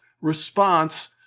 response